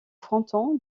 fronton